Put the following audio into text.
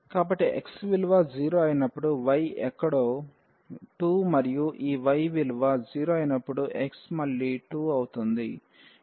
కాబట్టి x విలువ 0 అయినప్పుడు y ఎక్కడో 2 మరియు ఈ y విలువ 0 అయినప్పుడు x మళ్లీ 2 అవుతుంది